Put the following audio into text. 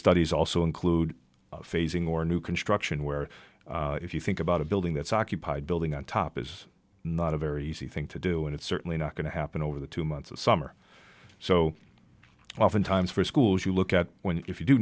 studies also include phasing or new construction where if you think about a building that's occupied building on top is not a very easy thing to do and it's certainly not going to happen over the two months of summer so oftentimes for schools you look at when if you do